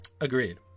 Agreed